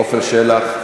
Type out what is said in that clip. עפר שלח,